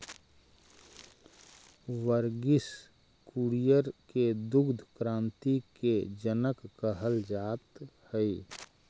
वर्गिस कुरियन के दुग्ध क्रान्ति के जनक कहल जात हई